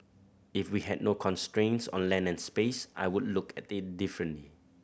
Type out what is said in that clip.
if we had no constraints on land and space I would look at it differently